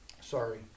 Sorry